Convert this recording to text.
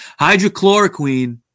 Hydrochloroquine